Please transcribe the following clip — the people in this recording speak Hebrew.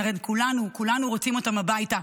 הרי כולנו רוצים אותם בבית,